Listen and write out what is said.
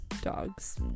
dogs